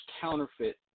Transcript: counterfeit